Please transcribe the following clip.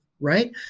right